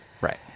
Right